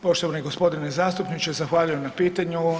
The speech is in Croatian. Poštovani g. zastupniče zahvaljujem na pitanju.